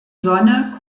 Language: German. sonne